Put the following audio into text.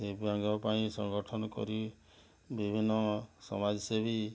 ଦିବ୍ୟାଙ୍ଗ ପାଇଁ ସଙ୍ଗଠନ କରି ବିଭିନ୍ନ ସମାଜ ସେବୀ